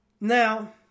Now